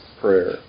prayer